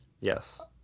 yes